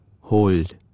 hold